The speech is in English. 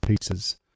pieces